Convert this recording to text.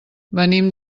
venim